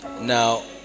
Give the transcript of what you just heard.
now